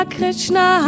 Krishna